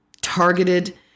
targeted